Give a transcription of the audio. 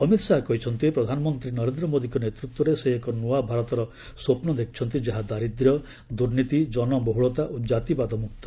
ଅମିତ୍ ଶାହା କହିଛନ୍ତି ପ୍ରଧାନମନ୍ତ୍ରୀ ନରେନ୍ଦ୍ର ମୋଦିଙ୍କ ନେତୃତ୍ୱରେ ସେ ଏକ ନୂଆ ଭାରତର ସ୍ୱପ୍ନ ଦେଖିଛନ୍ତି ଯାହା ଦାରିଦ୍ର୍ୟ ଦୁର୍ନୀତି ଜନବହୁଳତା ଓ ଜାତିବାଦ ମୁକ୍ତ